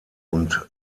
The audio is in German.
und